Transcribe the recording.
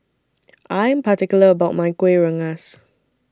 I Am particular about My Kuih Rengas